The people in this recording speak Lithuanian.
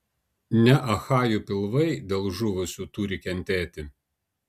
ne achajų pilvai dėl žuvusių turi kentėti